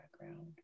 background